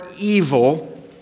evil